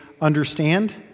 understand